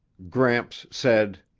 gramps said,